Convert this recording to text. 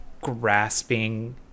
grasping